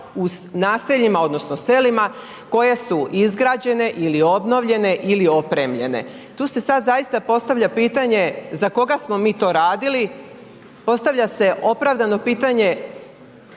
u naseljima odnosno selima koje su izgrađene ili obnovljene ili opremljene. Tu se sad zaista postavlja pitanje za koga smo mi to radili, postavlja se opravdano pitanje